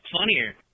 funnier